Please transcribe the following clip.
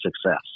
success